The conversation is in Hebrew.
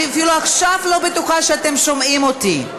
אני אפילו עכשיו לא בטוחה שאתם שומעים אותי.